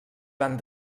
van